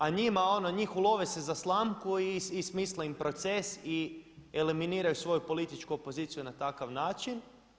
A njima, njih ulove se za slamku i smisle im proces i eliminiraju svoju političku opoziciju na takav način.